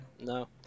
no